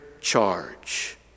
charge